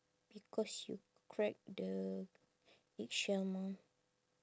because you crack the eggshell mah